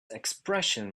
expression